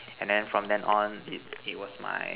and then from then on it it was my